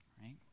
right